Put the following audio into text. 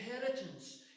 inheritance